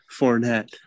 Fournette